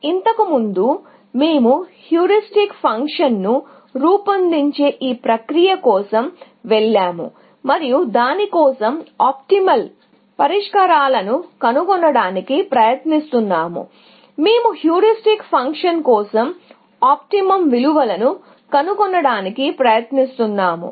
ఇంతకుముందు మేము హ్యూరిస్టిక్ ఫంక్షన్ను రూపొందించే ఈ ప్రక్రియ కోసం వెళ్ళాము మేము హ్యూరిస్టిక్ ఫంక్షన్ కోసం ఆప్టిమం విలువలను కనుగొనడానికి ప్రయత్నిస్తున్నాము